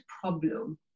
problem